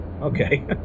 Okay